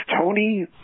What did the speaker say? Tony